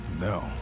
No